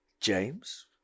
James